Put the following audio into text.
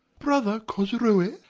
brother cosroe,